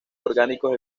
orgánicos